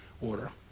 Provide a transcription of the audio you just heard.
order